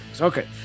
Okay